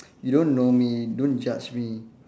you don't know me don't judge me